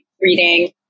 Reading